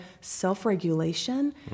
self-regulation